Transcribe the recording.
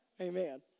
Amen